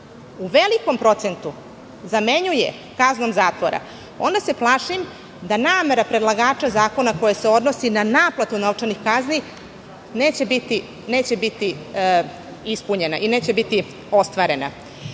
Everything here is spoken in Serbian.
u velikom procentu zamenjuje kaznom zatvora, onda se plašim da namera predlagača zakona, koja se odnosi na naplatu novčanih kazni, neće biti ispunjena i neće biti ostvarena. Ako